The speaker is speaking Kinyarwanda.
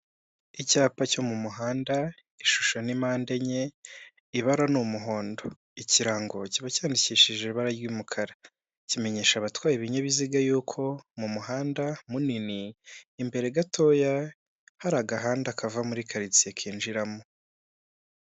Icyapa cyo mu muhanda ishusho ni mpande enye, ibara ni umuhondo, ikirango kiba cyandikishije ibara ry'umukara, kimenyesha abatwaye ibinyabiziga y'uko mu muhanda munini imbere gatoya hari agahanda kava muri karitsiye kinjiramo.